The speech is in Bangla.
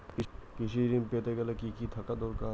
কৃষিঋণ পেতে গেলে কি কি থাকা দরকার?